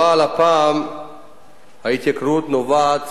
אבל הפעם ההתייקרות נובעת